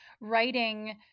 writing